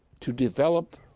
to develop,